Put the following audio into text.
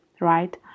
right